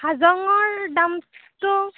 হাজঙৰ দামটো